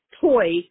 Toy